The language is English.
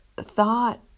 thought